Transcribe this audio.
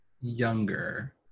younger